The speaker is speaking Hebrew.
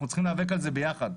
אנחנו צריכים להיאבק בזה ביחד.